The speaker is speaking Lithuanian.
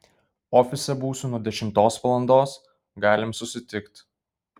ofise būsiu nuo dešimtos valandos galim susitikt